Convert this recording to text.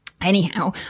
anyhow